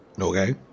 Okay